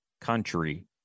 country